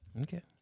Okay